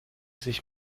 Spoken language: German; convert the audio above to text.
sich